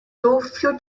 future